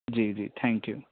जी जी thank you